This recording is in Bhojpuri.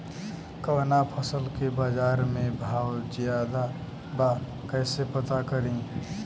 कवना फसल के बाजार में भाव ज्यादा बा कैसे पता करि?